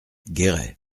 guéret